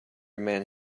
man